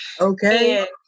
Okay